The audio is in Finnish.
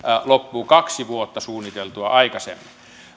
loppuu kaksi vuotta suunniteltua aikaisemmin